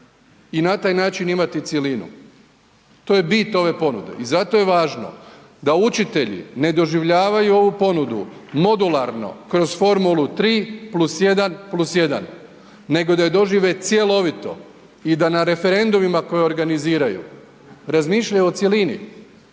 i na taj način imati cjelinu, to je bit ove ponude i zato je važno da učitelji ne doživljavaju ovu ponudu modularno kroz formulu 3+1+1, nego da je dožive cjelovito i da na referendumima koje organiziraju razmišljaju o cjelini,